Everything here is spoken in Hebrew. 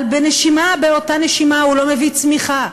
אבל באותה נשימה הוא לא מביא צמיחה.